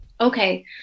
Okay